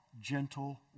gentle